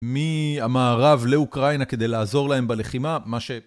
מהמערב לאוקראינה כדי לעזור להם בלחימה, מה ש...